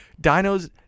Dino's